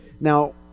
Now